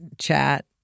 chat